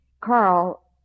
Carl